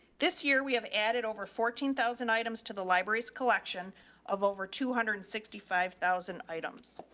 this year we have added over fourteen thousand items to the library's collection of over two hundred and sixty five thousand items.